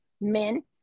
men